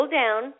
down